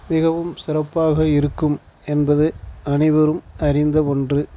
மிகவும் சிறப்பாக இருக்கும் என்பது அனைவரும் அறிந்த ஒன்று